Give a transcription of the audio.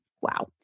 Wow